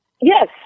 Yes